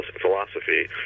philosophy